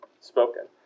spoken